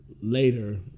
later